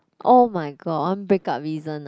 oh-my-god one break up reason ah